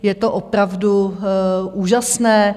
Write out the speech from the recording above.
Je to opravdu úžasné.